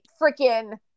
freaking